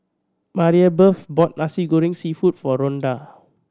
Maribeth bought Nasi Goreng Seafood for Rhonda